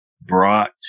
brought